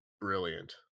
brilliant